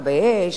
מכבי אש,